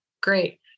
Great